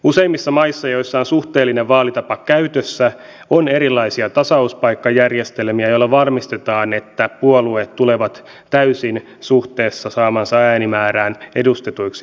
useimmissa maissa joissa on suhteellinen vaalitapa käytössä on erilaisia tasauspaikkajärjestelmiä joilla varmistetaan että puolueet tulevat täysin suhteessa saamaansa äänimäärään edustetuiksi eduskunnassa